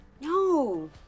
No